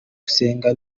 gusenga